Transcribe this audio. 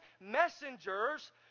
messengers